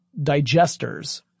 digesters